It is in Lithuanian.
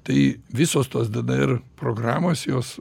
tai visos tos dnr programos jos